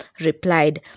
replied